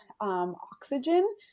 oxygen